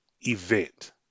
event